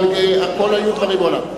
אבל כבר היו דברים מעולם.